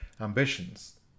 ambitions